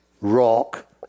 rock